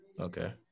Okay